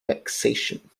vexation